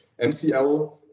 MCL